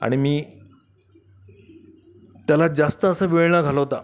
आणि मी त्याला जास्त असं वेळ न घालवता